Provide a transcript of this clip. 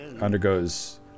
undergoes